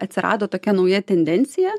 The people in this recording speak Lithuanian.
atsirado tokia nauja tendencija